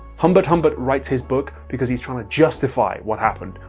humbert humbert writes his book because he's tryna justify what happened,